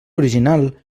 original